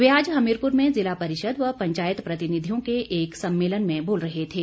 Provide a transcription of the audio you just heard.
वे आज हमीरपुर में ज़िला परिषद व पंचायत प्रतिनिधियों को एक सम्मेलन में बोल रहे थे